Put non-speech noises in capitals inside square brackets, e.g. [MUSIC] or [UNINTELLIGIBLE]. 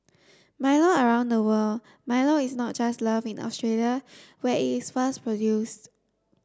Milo around the world Milo is not just loved in Australia where it [UNINTELLIGIBLE] first produce